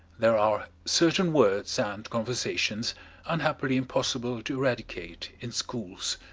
there are certain words and conversations unhappily impossible to eradicate in schools.